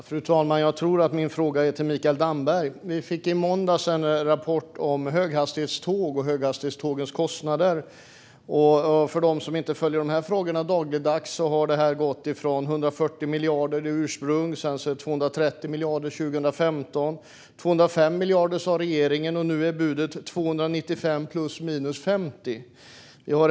Fru talman! Jag tror att min fråga måste gå till Mikael Damberg. I måndags kom det en rapport om höghastighetståg och kostnaderna för dem. Alla följer kanske inte frågan dagligdags, men det här har gått från den ursprungliga prislappen på 140 miljarder till 230 miljarder år 2015. Regeringen sa 205 miljarder, och nu är budet 295 miljarder plus minus 50 miljarder.